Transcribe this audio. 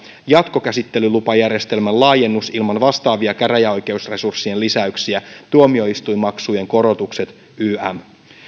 jatkokäsittelylupajärjestelmän laajennus ilman vastaavia käräjäoikeusresurssien lisäyksiä tuomioistuinmaksujen korotukset ynnä muuta